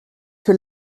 que